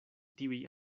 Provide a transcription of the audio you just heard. tiuj